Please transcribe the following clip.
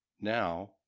Now